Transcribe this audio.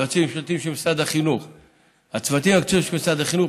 יועצים משפטיים של משרד החינוך והצוותים המקצועיים של משרד החינוך,